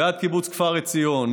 ועד קיבוץ כפר עציון.